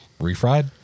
Refried